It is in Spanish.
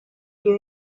que